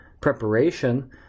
preparation